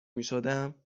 میشدم